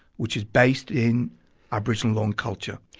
which is based in aboriginal law and culture.